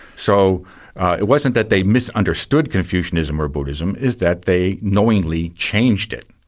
so it wasn't that they misunderstood confucianism or buddhism, is that they knowingly changed it.